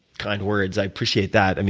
kind words, i appreciate that. and